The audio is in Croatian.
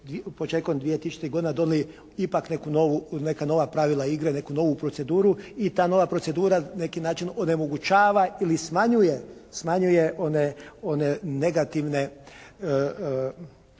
početkom 2000. godine ipak donijeli neka nova pravila igre, neku novu proceduru i ta nova procedura na neki način onemogućava ili smanjuje one negativne repove